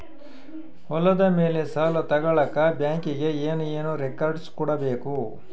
ಹೊಲದ ಮೇಲೆ ಸಾಲ ತಗಳಕ ಬ್ಯಾಂಕಿಗೆ ಏನು ಏನು ರೆಕಾರ್ಡ್ಸ್ ಕೊಡಬೇಕು?